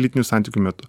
lytinių santykių metu